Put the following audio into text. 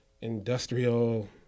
industrial